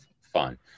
fun